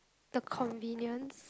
the convenience